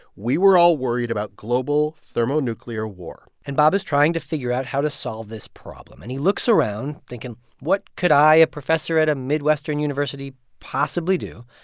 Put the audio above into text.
we were all worried about global thermonuclear war and bob is trying to figure out how to solve this problem. and he looks around, thinking, what could i, a professor at a midwestern university, possibly do?